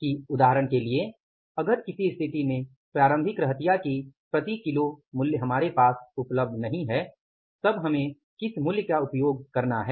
कि उदाहरण के लिए अगर किसी स्थिति में प्रारंभिक रहतिया की प्रति किग्रा मूल्य हमारे पास उपलब्ध नहीं है तब हमें किस मूल्य का उपयोग करना है